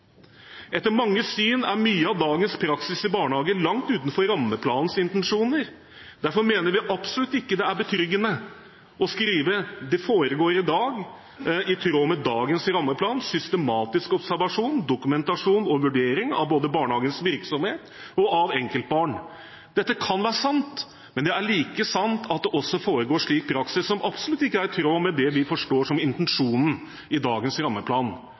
Etter manges syn er mye av dagens praksis i barnehagen langt utenfor rammeplanens intensjoner. Derfor mener vi absolutt ikke det er betryggende å skrive: «Det foregår i dag, i tråd med dagens rammeplan, systematisk observasjon, dokumentasjon og vurdering av både barnehagens virksomhet og av enkeltbarn.» Dette kan være sant, men det er like sant at det også foregår slik praksis som absolutt ikke er i tråd med det vi forstår som intensjonen i dagens rammeplan.